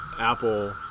Apple